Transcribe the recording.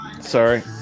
Sorry